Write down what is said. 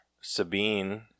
Sabine